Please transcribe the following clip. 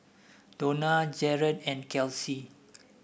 Dona Jaret and Kelsi